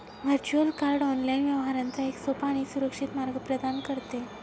virtual card online व्यवहारांचा एक सोपा आणि सुरक्षित मार्ग प्रदान करते